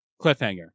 cliffhanger